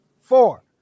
four